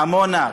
עמונה.